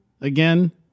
again